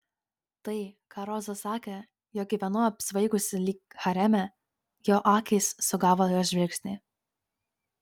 tai ką roza sakė jog gyvenau apsvaigusi lyg hareme jo akys sugavo jos žvilgsnį